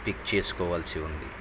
pick చేసుకోవాల్సి ఉంది